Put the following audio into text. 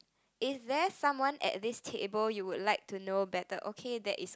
is there someone at this table you would like to know better okay there is